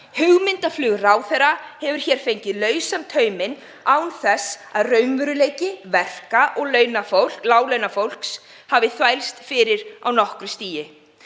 hugmyndaflug ráðherra hafi fengið lausan tauminn án þess að raunveruleiki verka- og láglaunafólks hafi þvælst fyrir á nokkru stigi.